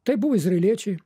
tai buvo izraeliečiai